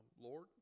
Lord